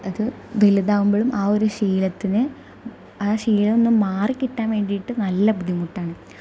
അത് വലുതാകുമ്പോളും ആ ഒരു ശീലത്തിൽ ആ ശീലം ഒന്ന് മാറി കിട്ടാൻ വേണ്ടിയിട്ട് നല്ല ബുദ്ധിമുട്ടാണ്